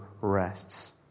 rests